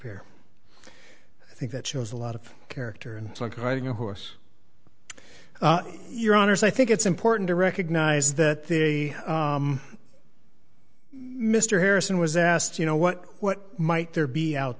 here i think that shows a lot of character and it's like riding a horse your honor so i think it's important to recognize that the mr harrison was asked you know what what might there be out